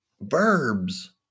verbs